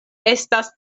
estas